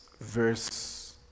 verse